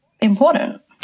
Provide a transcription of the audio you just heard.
important